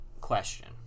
question